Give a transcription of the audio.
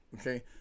Okay